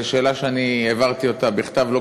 שאלה שאני העברתי אותה בכתב,